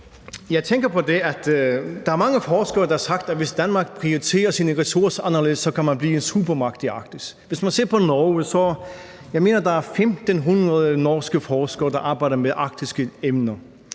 Jeg tænker på, at der er mange forskere, der har sagt, at hvis Danmark prioriterer sine ressourcer anderledes, så kan man blive en supermagt i Arktis. Hvis man ser på Norge, så er der, mener jeg, 1.500 norske forskere, der arbejder med arktiske emner,